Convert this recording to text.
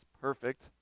perfect